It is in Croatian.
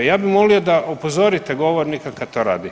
Ja bih molio da upozorite govornika kad to radi.